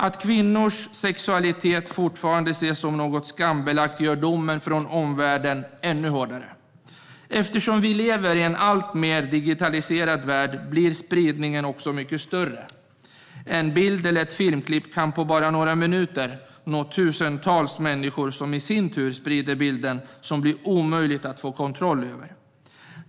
Att kvinnors sexualitet fortfarande ses som något skambelagt gör domen från omvärlden ännu hårdare. Eftersom vi lever i en alltmer digitaliserad värld blir spridningen mycket större. En bild eller ett filmklick kan på bara några minuter nå tusentals människor som i sin tur sprider bilden som blir omöjlig att få kontroll över.